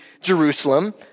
Jerusalem